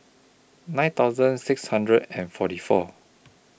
nine thousand six hundred and forty four